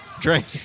Drink